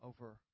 over